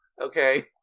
Okay